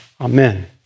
Amen